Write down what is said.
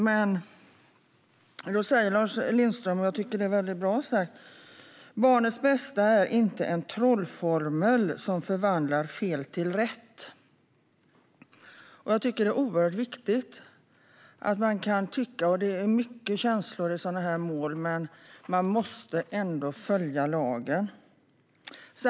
Men då säger Lars Lindström, som var den JO som såg över detta, något som jag tycker är väldigt bra sagt: "'Barnets bästa' är inte en trollformel som förvandlar fel till rätt." Det är oerhört viktigt att man får lov att tycka, och det är mycket känslor i sådana här mål, men man måste ändå följa lagen.